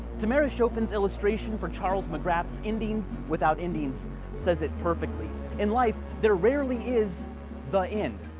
damerish opens illustration for charles mcgrath's endings without endings says it perfectly. in life, there rarely is the end.